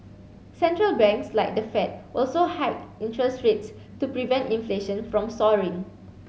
central banks like the Fed also hiked interest rates to prevent inflation from soaring